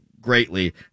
greatly